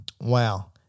Wow